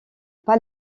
pas